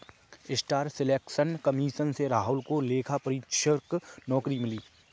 staff selection commission से राहुल को लेखा परीक्षक नौकरी मिली